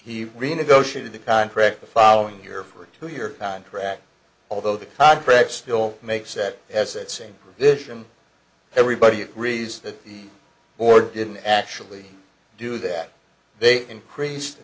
he renegotiated the contract the following year for a two year contract although the contract still makes set has that same position everybody agrees that the order didn't actually do that they increased